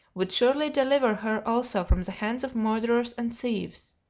would surely deliver her also from the hands of murderers and thieves.